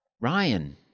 Ryan